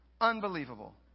unbelievable